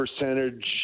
percentage